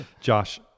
josh